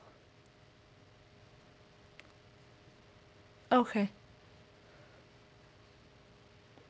okay